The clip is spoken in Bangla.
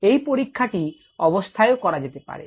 এই পরীক্ষাটি অবস্থায়ও করা যেতে পারে